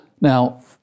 Now